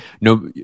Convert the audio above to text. no